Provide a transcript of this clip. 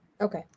Okay